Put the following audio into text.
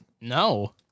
No